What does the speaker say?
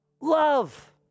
love